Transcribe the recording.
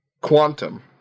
quantum